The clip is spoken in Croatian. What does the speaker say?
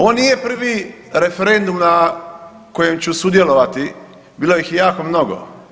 Ovo nije prvi referendum na kojem ću sudjelovati, bilo ih je jako mnogo.